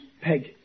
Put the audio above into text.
Peg